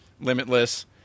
Limitless